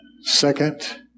second